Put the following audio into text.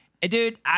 Dude